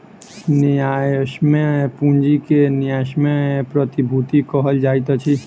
न्यायसम्य पूंजी के न्यायसम्य प्रतिभूति कहल जाइत अछि